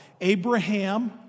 Abraham